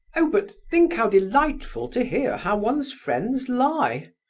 oh, but think how delightful to hear how one's friends lie!